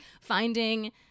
finding